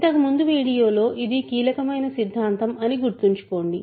ఇంతకుముందు వీడియో లో ఇది కీలకమైన సిద్ధాంతం అని గుర్తుంచుకోండి